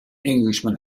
englishman